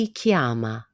chiama